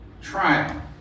trial